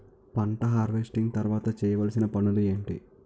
పంట హార్వెస్టింగ్ తర్వాత చేయవలసిన పనులు ఏంటి?